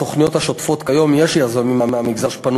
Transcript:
בתוכניות השוטפות כיום יש יזמים מהמגזר שפנו